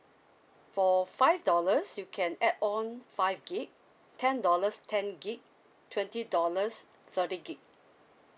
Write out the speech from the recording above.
for five dollars you can add on five gig ten dollars ten gig twenty dollars thirty gig